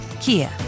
Kia